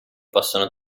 possono